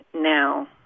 now